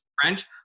French